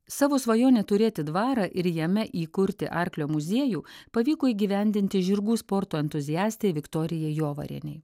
savo svajonę turėti dvarą ir jame įkurti arklio muziejų pavyko įgyvendinti žirgų sporto entuziastei viktorijai jovarienei